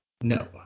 No